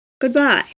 goodbye